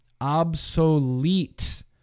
obsolete